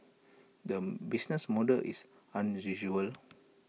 the business model is unusual